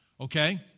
Okay